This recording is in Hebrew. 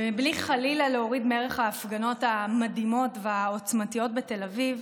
ובלי להוריד חלילה מערך ההפגנות המדהימות והעוצמתיות בתל אביב,